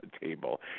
table